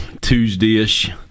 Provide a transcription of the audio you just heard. Tuesday-ish